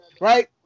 Right